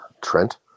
Trent